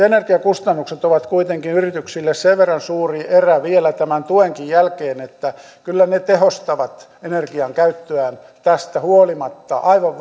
energiakustannukset ovat kuitenkin yrityksille sen verran suuri erä vielä tämän tuenkin jälkeen että kyllä ne yritykset tehostavat energiankäyttöään tästä huolimatta aivan